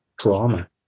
trauma